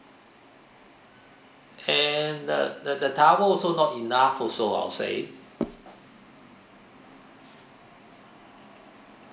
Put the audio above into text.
and the the the towel also not enough also I'll say